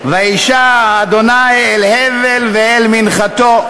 וישע ה' אל הבל ואל מנחתו,